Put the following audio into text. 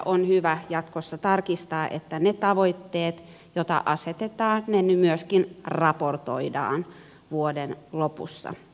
on hyvä jatkossa tarkistaa että ne tavoitteet joita asetetaan myöskin raportoidaan vuoden lopussa